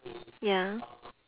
ya